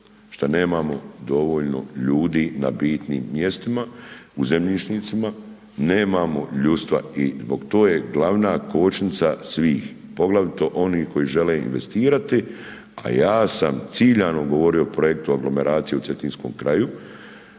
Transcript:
šta nemamo dovoljno ljudi na bitnim mjestima, u zemljišnicima, nemamo ljudstva i to je glavna kočnica svih, poglavito onih koji žele investirati a ja sam ciljano govorio o projektu aglomeracije u cetinskom kraju